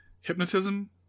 hypnotism